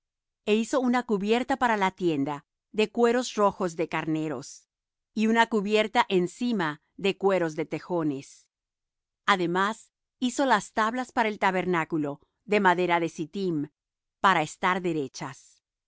e hizo una cubierta para la tienda de cueros rojos de carneros y una cubierta encima de cueros de tejones además hizo las tablas para el tabernáculo de madera de sittim para estar derechas